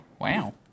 wow